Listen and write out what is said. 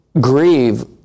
grieve